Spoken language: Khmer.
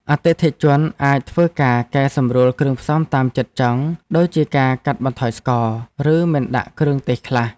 អតិថិជនអាចធ្វើការកែសម្រួលគ្រឿងផ្សំតាមចិត្តចង់ដូចជាការកាត់បន្ថយស្ករ ឬមិនដាក់គ្រឿងទេសខ្លះ។